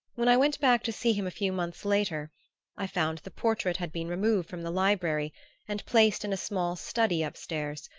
when i went back to see him a few months later i found the portrait had been removed from the library and placed in a small study up-stairs,